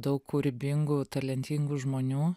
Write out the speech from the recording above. daug kūrybingų talentingų žmonių